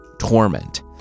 torment